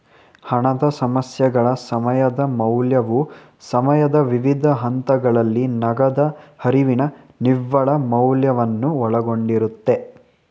ಹಣದ ಸಮಸ್ಯೆಗಳ ಸಮಯದ ಮೌಲ್ಯವು ಸಮಯದ ವಿವಿಧ ಹಂತಗಳಲ್ಲಿ ನಗದು ಹರಿವಿನ ನಿವ್ವಳ ಮೌಲ್ಯವನ್ನು ಒಳಗೊಂಡಿರುತ್ತೆ